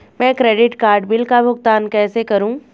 मैं credit card bill का भुगतान कैसे करूं?